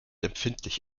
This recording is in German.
empfindlich